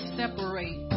separate